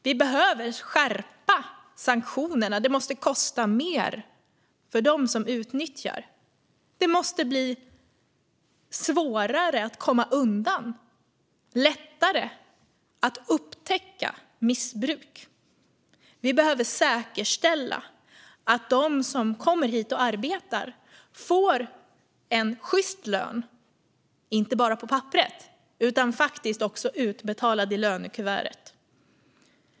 Vi behöver skärpa sanktionerna. Det måste kosta mer för dem som utnyttjar. Det måste bli svårare att komma undan och lättare att upptäcka missbruk. Vi behöver säkerställa att de som kommer hit och arbetar får en sjyst lön - inte bara på papperet utan faktiskt också utbetalad i lönekuvertet.